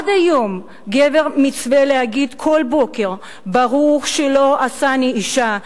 עד היום גבר מצווה להגיד כל בוקר "ברוך שלא עשני אשה",